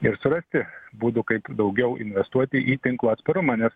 ir surasti būdų kaip daugiau investuoti į tinklo atsparumą nes